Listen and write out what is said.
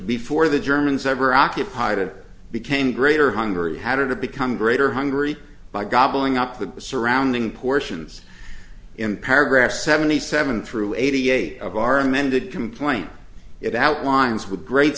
before the germans ever occupied it became greater hungary had to become greater hungary by gobbling up the surrounding portions in paragraph seventy seven through eighty eight of our amended complaint it outlines with great